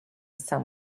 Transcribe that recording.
some